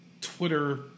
Twitter